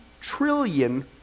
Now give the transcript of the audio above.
trillion